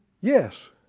Yes